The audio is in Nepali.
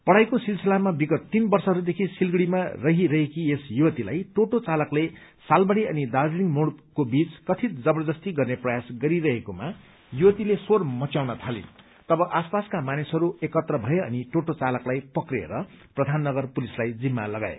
पढ़ाईको सिलसिलमा विगत तीन वर्षहरूदेखि सिलगढ़ीमा रहिरहेकी यस युवतीलाई टोटो चाकलकले सालबाड़ी अनि दार्जीलिङ मोड़ बीच कथित जबरजस्ती गर्ने प्रयास गरिएकोमा युवतीले शोर मच्याउन थालिन् तब आसपासका मानिसहरू एकत्र भए अनि टोटो चालकलाई पक्रिएर प्रधान नगर पुलिसलाई जिम्मा लगाए